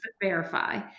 verify